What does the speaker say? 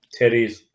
titties